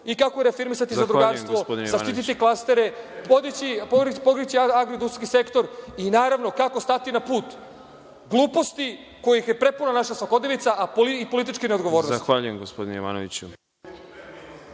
i kako afirmisati zadrugarstvo i kako zaštiti klastere, podići agrarni sektor i naravno kako stati na put gluposti kojih je prepuna naša svakodnevica i političke neodgovornosti.